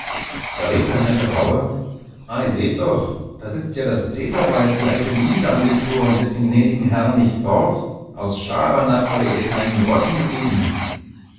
da rief ein alter bauer ei seht doch da sitzt ja das zeterweib die alte liese an dem tor und läßt den gnädigen herrn nicht fort aus schabernack weil er ihr keinen groschen gegeben